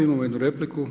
Imamo jednu repliku.